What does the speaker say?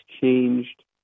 changed